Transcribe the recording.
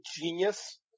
genius